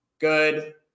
Good